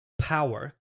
power